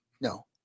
No